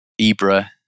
Ibra